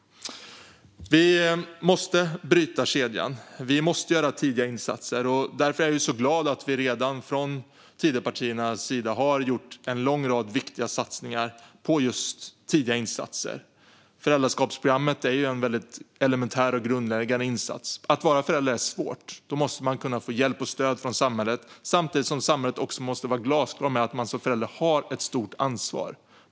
Vi måste bryta kedjan och göra tidiga insatser. Därför är jag så glad att vi från Tidöpartiernas sida redan har gjort en lång rad viktiga satsningar på just tidiga insatser. Föräldraskapsprogrammet är en väldigt elementär och grundläggande insats. Att vara förälder är svårt. Då måste man kunna få hjälp och stöd från samhället, samtidigt som samhället också måste vara glasklart med att man som förälder har ett stort ansvar.